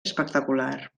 espectacular